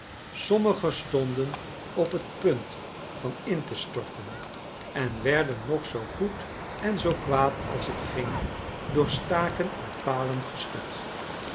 sommigen stonden op tpunt van in te storten en werden nog zoo goed en zoo kwaad als t ging door staken en palen gestut